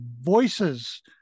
voices